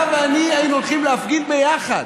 אתה ואני היינו הולכים להפגין ביחד,